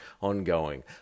ongoing